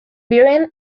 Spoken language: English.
bearing